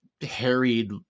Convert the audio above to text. harried